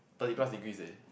thirty plus degrees leh